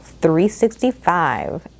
365